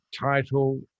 title